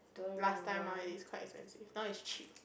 last time lah it is quite expensive now it's cheap